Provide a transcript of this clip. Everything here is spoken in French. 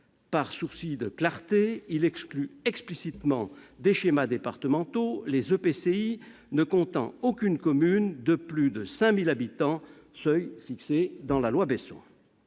Par souci de clarté, il exclut explicitement des schémas départementaux les EPCI ne comptant aucune commune de plus de 5 000 habitants, seuil fixé par la loi Besson.